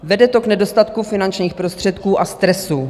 Vede to k nedostatku finančních prostředků a stresu.